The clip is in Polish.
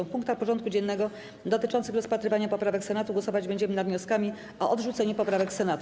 W punktach porządku dziennego dotyczących rozpatrywania poprawek Senatu głosować będziemy nad wnioskami o odrzucenie poprawek Senatu.